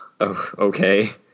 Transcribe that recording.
Okay